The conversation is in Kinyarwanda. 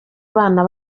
bana